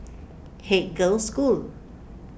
Haig Girls' School